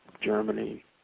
Germany